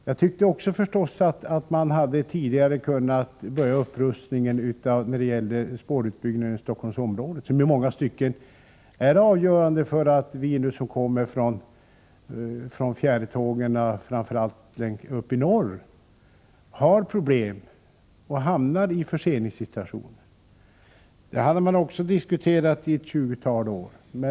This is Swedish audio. Jag tyckte förstås också att man hade kunnat börja tidigare med upprustningen av spårutbyggnaden i Stockholmsområdet, vilket i många stycken är avgörande för att vi som kommer med fjärrtågen, framför allt från norr, har problem och hamnar i förseningssituationer. Den upprustningen hade man också diskuterat i ett tjugotal år.